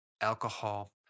alcohol